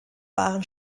waren